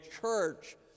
church